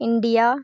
India